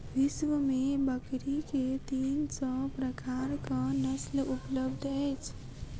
विश्व में बकरी के तीन सौ प्रकारक नस्ल उपलब्ध अछि